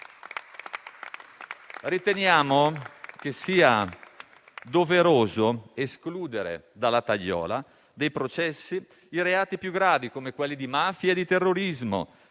Riteniamo che sia doveroso escludere dalla tagliola dei processi i reati più gravi, come quelli di mafia o di terrorismo;